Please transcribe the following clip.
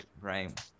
Right